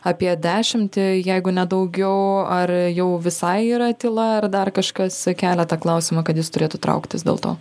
apie dešimtį jeigu ne daugiau ar jau visai yra tyla ar dar kažkas kelia tą klausimą kad jis turėtų trauktis dėl to